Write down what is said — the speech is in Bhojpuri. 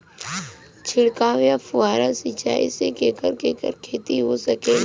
छिड़काव या फुहारा सिंचाई से केकर केकर खेती हो सकेला?